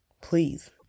Please